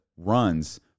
runs